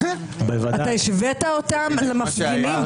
השווית אותם למפגינים.